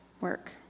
work